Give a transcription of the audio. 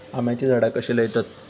आम्याची झाडा कशी लयतत?